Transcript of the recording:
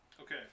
Okay